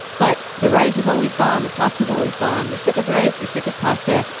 but the rice has always gone. the past is always gone. we're sick of rice. we're sick of pasta.